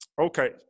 Okay